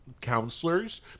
counselors